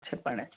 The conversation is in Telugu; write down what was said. చెప్పండి